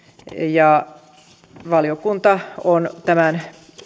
valiokunta on tämän